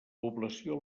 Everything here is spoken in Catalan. població